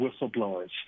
whistleblowers